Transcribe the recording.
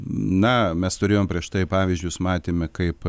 na mes turėjom prieš tai pavyzdžius matėme kaip